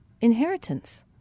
inheritance